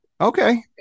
Okay